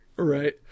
Right